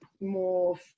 more